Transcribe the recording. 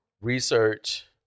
Research